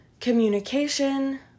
communication